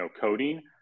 coding